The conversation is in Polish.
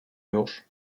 już